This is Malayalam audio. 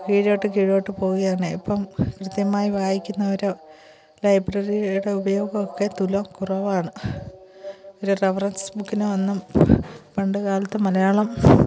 കീഴോട്ട് കീഴോട്ട് പോവുകയാണ് ഇപ്പം കൃത്യമായി വായിക്കുന്നവരോ ലൈബ്രറിയുടെ ഉപയോഗമൊക്കെ തുലോം കുറവാണ് റെവറൻസ് ബുക്കിനോ ഒന്നും പണ്ടുകാലത്ത് മലയാളം